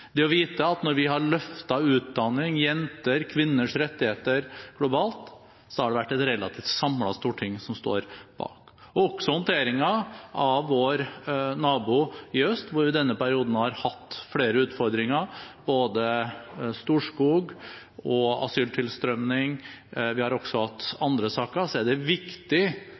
styrke å vite at man hadde Stortinget bak seg i de vanskelige forhandlingene som pågikk. Når vi har løftet utdanning og jenters og kvinners rettigheter globalt, har det vært et relativt samlet storting som har stått bak. Også når det gjelder håndteringen av vår nabo i øst, hvor vi i denne perioden har hatt flere utfordringer, både med Storskog, asyltilstrømning og andre saker, er det